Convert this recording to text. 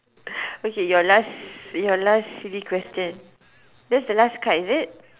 okay your last your last silly question that's the last card is it